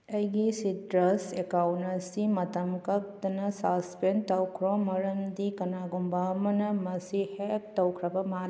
ꯑꯩꯒꯤ ꯁꯤꯇ꯭ꯔꯁ ꯑꯦꯀꯥꯎꯟ ꯑꯁꯤ ꯃꯇꯝ ꯀꯛꯇꯅ ꯁꯥꯁꯄꯦꯟ ꯇꯧꯈ꯭ꯔꯣ ꯃꯔꯝꯗꯤ ꯀꯅꯥꯒꯨꯝꯕ ꯑꯃꯅ ꯃꯁꯤ ꯍꯦꯛ ꯇꯧꯈ꯭ꯔꯕ ꯃꯥꯜꯂꯦ